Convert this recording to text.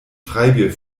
freibier